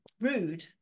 rude